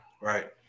Right